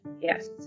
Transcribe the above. yes